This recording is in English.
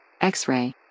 X-Ray